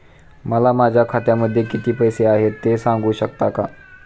मला माझ्या खात्यामध्ये किती पैसे आहेत ते सांगू शकता का?